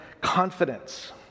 confidence